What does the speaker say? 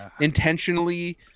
intentionally